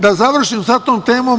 Da završim sa tom temom.